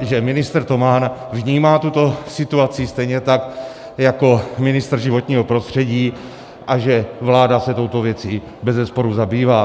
že ministr Toman vnímá tuto situaci, stejně tak jako ministr životního prostředí, a že vláda se touto věcí bezesporu zabývá.